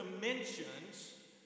dimensions